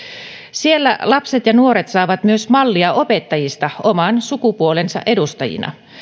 siellä lapset ja nuoret saavat myös mallia opettajista oman sukupuolensa edustajina